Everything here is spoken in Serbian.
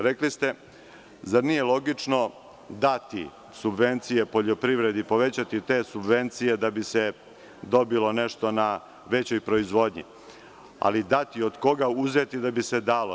Rekli ste - zar nije logično dati subvencije poljoprivredi, povećati te subvencije da bi se dobilo nešto na većoj proizvodnji, ali dati, od koga uzeti da bi se dalo?